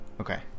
Okay